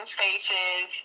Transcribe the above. faces